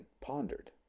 pondered